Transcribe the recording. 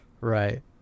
Right